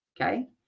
Okay